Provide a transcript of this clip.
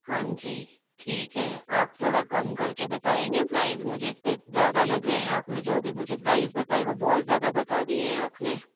हाँ जी ठीक है आप थोड़ा कम करके बताएंगे प्राइस मुझे इतने ज़्यादा लग रहें हैं आपने जो अभी मुझे प्राइस बताए वो बहुत ज़्यादा बता दिये हैं आपने